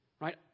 right